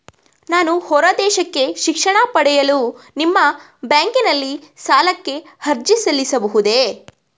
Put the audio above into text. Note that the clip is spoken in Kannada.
ನಾನು ಹೊರದೇಶಕ್ಕೆ ಶಿಕ್ಷಣ ಪಡೆಯಲು ನಿಮ್ಮ ಬ್ಯಾಂಕಿನಲ್ಲಿ ಸಾಲಕ್ಕೆ ಅರ್ಜಿ ಸಲ್ಲಿಸಬಹುದೇ?